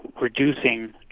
reducing